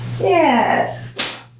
Yes